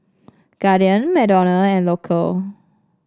Guardian McDonald and Loacker